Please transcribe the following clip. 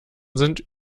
sind